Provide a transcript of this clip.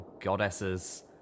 Goddesses